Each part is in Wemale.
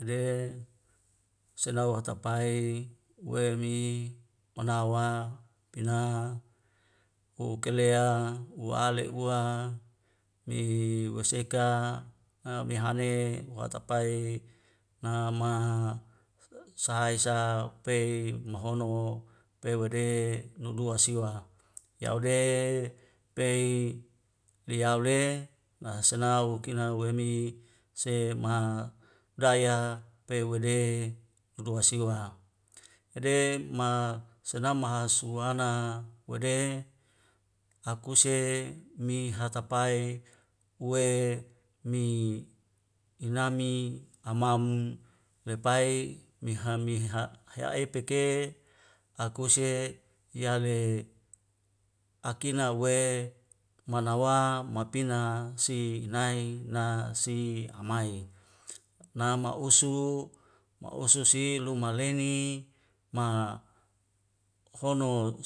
Ede selau atapai we mi mana wa pina u'kelea wale' ua mi waseka a mehane watapai ngama sae sa pei mahono pe wede nudua siwa yau de pei liau le naselau kina nawemi se ma daya pewede udu wasiwa. ede ma sema wahasuwana wede akuse mi hatapae we mi inami amaumum lepai meha meha ha'epeke akuse yale akina we manawa mapina si nai na si amai. nama usu ma usu si lumaleni ma hono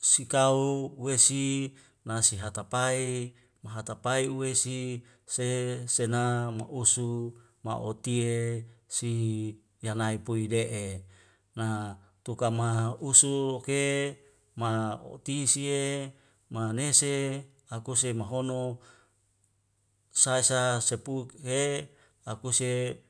sikau wesi nasi hatapae mahatapae uwe si se sena ma usu ma otie si yanai pui de'e na tukamaha usu ke ma tie si e manese akuse mahono sae sa sepu ke akuse